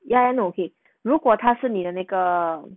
ya I know okay 如果他是你的那个